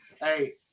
Hey